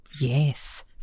Yes